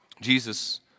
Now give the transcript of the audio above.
Jesus